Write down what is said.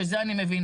שאת זה אני מבינה,